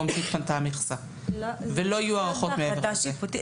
שהתפנתה המכסה ולא יהיו הערכות מעבר לזה.